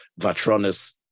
Vatronis